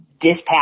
dispatch